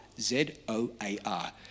Z-O-A-R